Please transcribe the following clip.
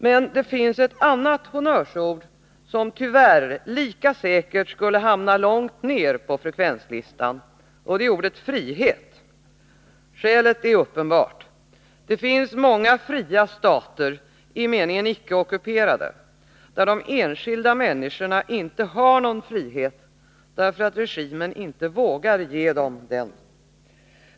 Men det finns ett annat honnörsord som tyvärr lika säkert skulle hamna långt ner på frekvenslistan, det är ordet frihet. Skälet är uppenbart, det finns många fria stater — i meningen icke-ockuperad — där de enskilda människorna inte har någon frihet därför att regimen inte vågar ge dem den.